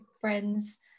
friends